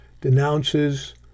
denounces